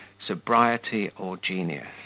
sobriety, or genius.